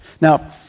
Now